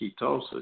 ketosis